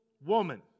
Woman